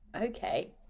okay